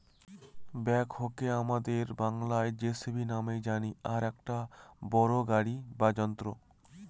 ব্যাকহোকে আমাদের বাংলায় যেসিবি নামেই জানি আর এটা একটা বড়ো গাড়ি বা যন্ত্র